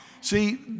See